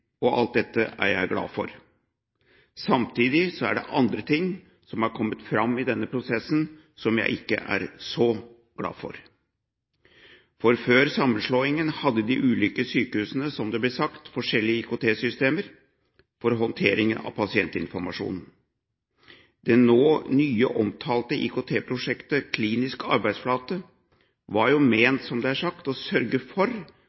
og alt dette er jeg glad for. Samtidig er det andre ting som har kommet fram i denne prosessen som jeg ikke er så glad for. Før sammenslåingen hadde de ulike sykehusene, som det ble sagt, forskjellige IKT-systemer for håndtering av pasientinformasjon. Det nå mye omtalte IKT-prosjektet Klinisk arbeidsflate var jo ment – som det er blitt sagt – å sørge for